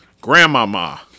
grandmama